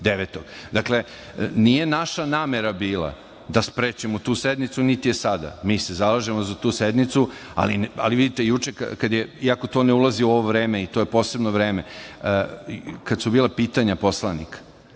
Nije naša namera bila da sprečimo tu sednicu, niti je sada. Mi se zalažemo za tu sednicu. Vidite juče, iako to ne ulazi u ovo vreme, to je posebno vreme, kada su bila pitanja